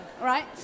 right